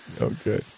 okay